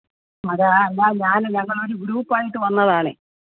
അത് ഞാൻ ഞാൻ ഞങ്ങളൊരു ഗ്രൂപ്പ് ആയിട്ട് വന്നതാണേ